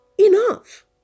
enough